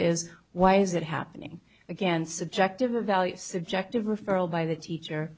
is why is it happening again subjective a value subjective referral by the teacher